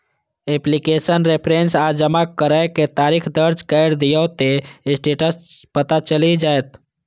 application reference आ जमा करै के तारीख दर्ज कैर दियौ, ते स्टेटस पता चलि जाएत